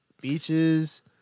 Beaches